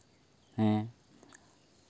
ᱦᱮᱸ